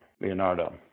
Leonardo